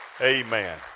Amen